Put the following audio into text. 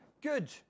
Good